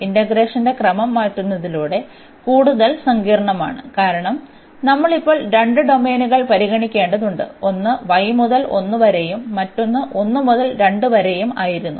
ഇന്റഗ്രേഷന്റെ ക്രമം മാറ്റുന്നതിലൂടെ കൂടുതൽ സങ്കീർണ്ണമാണ് കാരണം നമ്മൾ ഇപ്പോൾ രണ്ട് ഡൊമെയ്നുകൾ പരിഗണിക്കേണ്ടതുണ്ട് ഒന്ന് y മുതൽ 1 വരെയും മറ്റൊന്ന് 1 മുതൽ 2 വരെയും ആയിരുന്നു